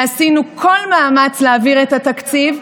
את זוכרת מי החברים שלך שהצביעו נגד התקציב?